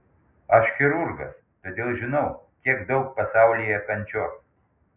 aš chirurgas todėl žinau kiek daug pasaulyje kančios